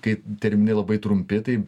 kai terminai labai trumpi tai